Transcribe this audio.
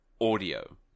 audio